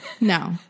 No